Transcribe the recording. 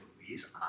movies